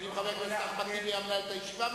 אם חבר הכנסת אחמד טיבי היה מנהל את הישיבה,